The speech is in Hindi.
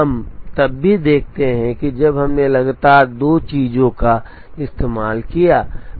हम तब भी देखते हैं जब हमने लगातार दो चीजों का इस्तेमाल किया